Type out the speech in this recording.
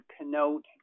connote